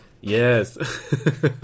Yes